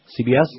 CBS